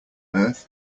earth